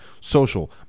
social